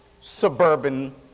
suburban